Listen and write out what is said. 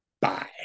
Bye